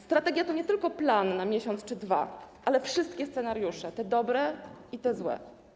Strategia to nie tylko plan na miesiąc czy dwa, ale wszystkie scenariusze, te dobre i te złe.